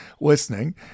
listening